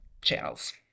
channels